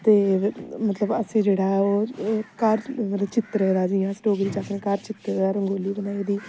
ते मतलब असें जेह्ड़ा ऐ ओह् घर चित्तरे दा जियां जियां अस डोगरी च अस आक्खने घर चित्तरे दा रंगोली बनाई दी